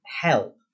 help